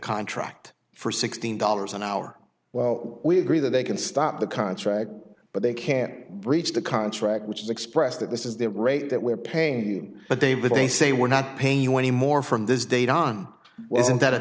contract for sixteen dollars an hour well we agree that they can stop the contract but they can't breach the contract which is expressed that this is their rate that we're paying but they but they say we're not paying you any more from this date on